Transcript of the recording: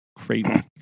crazy